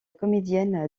comédienne